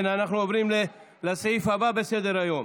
אנחנו עוברים לסעיף הבא בסדר-היום,